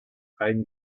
ein